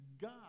God